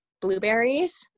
blueberries